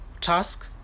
task